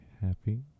happy